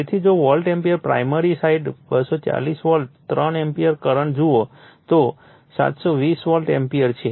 તેથી જો volt ampere primary side 240 volt 3 ampere current જુઓ તો 720 વોલ્ટ એમ્પીયર છે